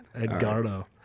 Edgardo